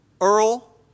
Earl